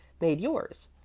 made yours.